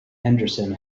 henderson